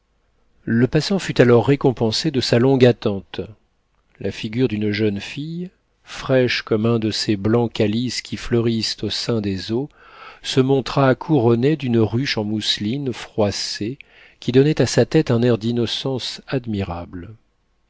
le passant fut alors récompensé de sa longue attente la figure d'une jeune fille fraîche comme un de ces blancs calices qui fleurissent au sein des eaux se montra couronnée d'une ruche en mousseline froissée qui donnait à sa tête un air d'innocence admirable